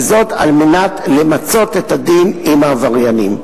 וזאת על מנת למצות את הדין עם העבריינים.